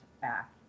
back